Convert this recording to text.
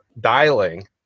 dialing